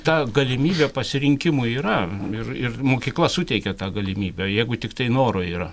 ta galimybė pasirinkimų yra ir ir mokykla suteikia tą galimybę jeigu tiktai noro yra